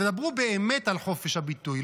תדברו באמת על חופש הביטוי,